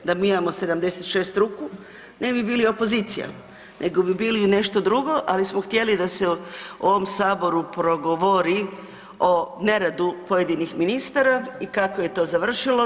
Da mi imamo 76 ruku ne bi bili opozicija nego bi bili nešto drugo, ali smo htjeli da se u ovom saboru progovori o neradu pojedinih ministara i kako je to završilo?